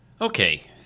Okay